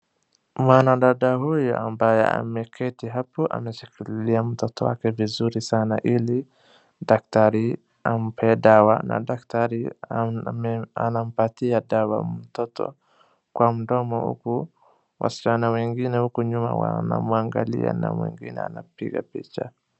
Mwanadada huyu ambaye ameketi hapo anashikilia mtoto wake vizuri sana ili daktari ampe dawa na daktari ame anampatia dawa mtoto, kwa mdomo huku wasichana wengine huku nyuma wanamwangalia na mwingine anapiga picha.